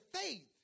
faith